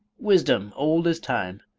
wisdom old as time,